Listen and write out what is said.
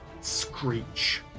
screech